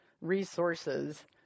resources